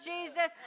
Jesus